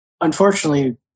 Unfortunately